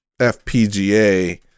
FPGA